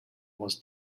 was